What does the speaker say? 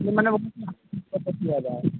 इसलिए मैंने वो पता किया जाए